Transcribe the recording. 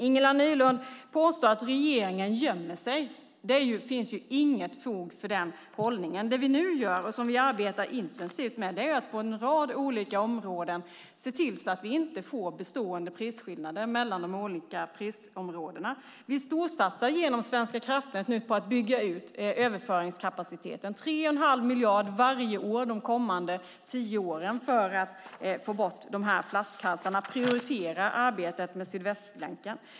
Ingela Nylund Watz påstår att regeringen gömmer sig. Det finns inget fog för denna hållning. Det som vi nu gör och som vi arbetar intensivt med är att på en rad olika områden se till att vi inte får bestående prisskillnader mellan de olika prisområdena. Vi storsatsar nu genom Svenska kraftnät på att bygga ut överföringskapaciteten. Det handlar om 3 1⁄2 miljard varje år de kommande tio åren för att få bort dessa flaskhalsar.